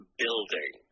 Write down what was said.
building